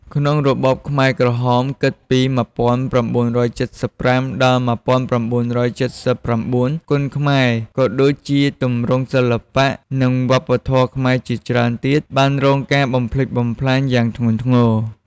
ក្នុងរបបខ្មែរក្រហម គិតពី ១៩៧៥ ដល់ ១៩៧៩ គុនខ្មែរ ក៏ដូចជាទម្រង់សិល្បៈ និងវប្បធម៌ខ្មែរជាច្រើនទៀត បានរងការបំផ្លិចបំផ្លាញយ៉ាងធ្ងន់ធ្ងរ។